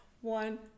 one